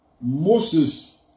moses